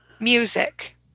music